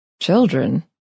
Children